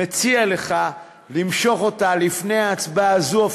מציע לך למשוך אותה לפני ההצבעה הזאת,